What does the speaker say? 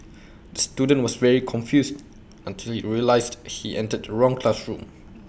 the student was very confused until he realised he entered the wrong classroom